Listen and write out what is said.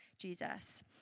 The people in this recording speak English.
Jesus